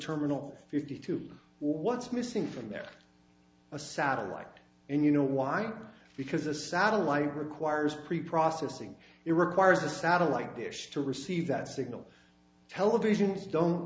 terminal fifty two what's missing from their a satellite and you know why because a satellite requires pre processing it requires a satellite dish to receive that signal televisions don't